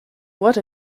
what